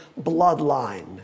bloodline